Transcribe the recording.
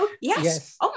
yes